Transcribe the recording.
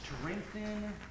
strengthen